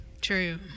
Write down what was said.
True